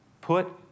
put